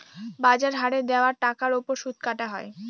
বাজার হারে দেওয়া টাকার ওপর সুদ কাটা হয়